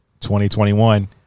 2021